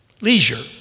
Leisure